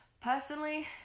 Personally